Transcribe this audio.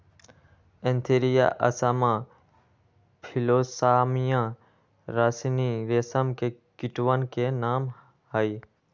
Antheraea assama Philosamia ricini रेशम के कीटवन के नाम हई